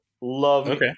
love